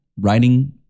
writing